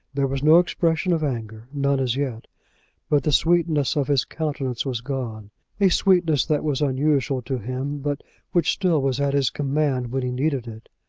there was no expression of anger none as yet but the sweetness of his countenance was gone a sweetness that was unusual to him, but which still was at his command when he needed it.